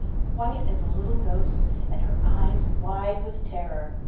white as a little ghost, and her eyes wide with terror.